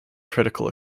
critical